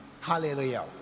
hallelujah